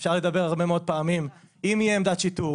אפשר לדבר הרבה מאוד פעמים אם תהיה עמדת שיטור,